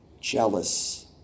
jealous